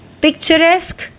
picturesque